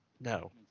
No